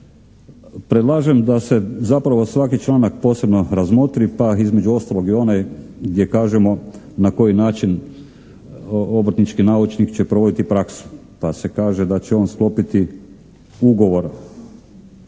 Predlažem da se zapravo svaki članak posebno razmotri pa između ostalog i onaj gdje kažemo na koji način obrtnički naučnik će provoditi praksu. Pa se kaže da će on sklopiti ugovor